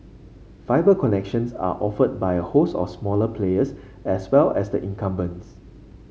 fibre connections are offered by a host of smaller players as well as the incumbents